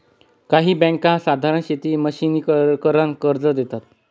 काही बँका साधारण शेती मशिनीकरन कर्ज देतात